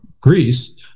greece